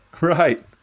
Right